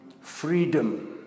Freedom